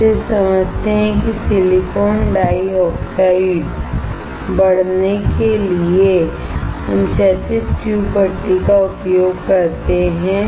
हम सिर्फ समझते हैं कि सिलिकॉन डाइऑक्साइड बढ़ने के लिए हम क्षैतिज ट्यूब भट्टी का उपयोग करते हैं